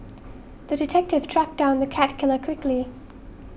the detective tracked down the cat killer quickly